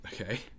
Okay